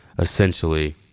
essentially